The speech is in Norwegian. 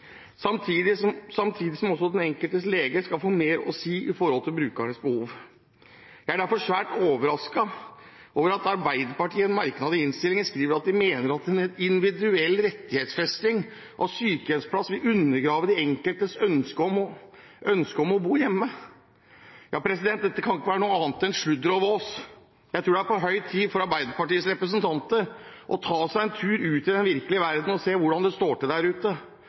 samtidig som den enkeltes lege skal få mer å si i forhold til brukernes behov. Jeg er derfor svært overrasket over at Arbeiderpartiet i en merknad i innstillingen skriver at de mener at individuell rettighetsfesting av sykehjemsplass vil undergrave den enkeltes ønske om å bo hjemme. Dette kan ikke være noe annet enn sludder og vås. Jeg tror det er på høy tid for Arbeiderpartiets representanter å ta seg en tur ut i den virkelige verden og se hvordan det står til der ute.